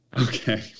Okay